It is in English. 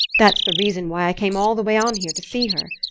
that's the reason why i came all the way on here to see her.